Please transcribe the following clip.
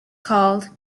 called